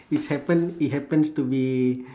it's happen it happens to be